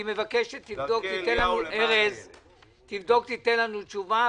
אני מבקש שתבדוק ותיתן לנו תשובה.